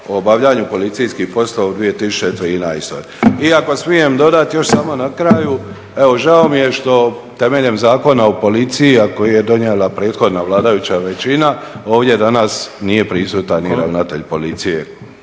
o obavljanju policijskih poslova u 2013. I ako smijem dodati još samo na kraju, evo, žao mi je što temeljem Zakona o policiji, a koji je donijela prethodna vladajuća većina, ovdje danas nije prisutan i ravnatelj policije